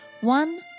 One